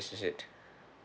is it